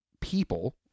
people